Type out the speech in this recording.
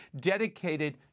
dedicated